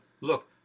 look